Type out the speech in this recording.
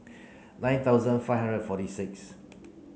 nine thousand five hundred and forty six